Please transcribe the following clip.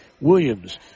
Williams